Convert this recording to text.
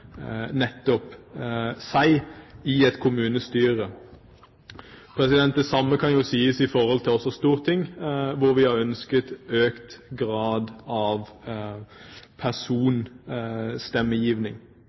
nettopp dem i et kommunestyre. Det samme kan også sies i forhold til storting, hvor vi har ønsket økt grad av